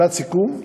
מילת סיכום?